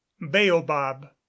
Baobab